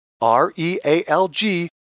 R-E-A-L-G